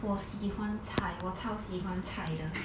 我喜欢菜我超喜欢菜的